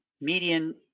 median